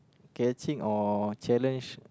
catching or challenge